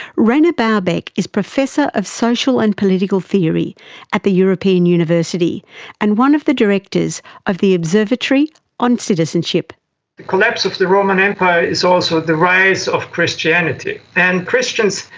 rainer baubock is professor of social and political theory at the european university and one of the directors of the observatory on citizenship. the collapse of the roman empire is also the rise of christianity. and christians,